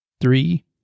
three